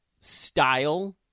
style